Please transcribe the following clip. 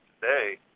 today